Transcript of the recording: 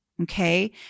Okay